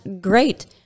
great